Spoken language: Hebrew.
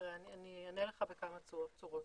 אני אענה לך בכמה צורות.